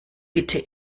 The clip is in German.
bitte